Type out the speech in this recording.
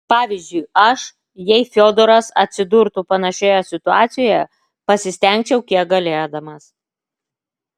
pavyzdžiui aš jei fiodoras atsidurtų panašioje situacijoje pasistengčiau kiek galėdamas